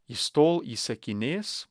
jis tol įsakinės